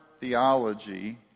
theology